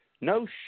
no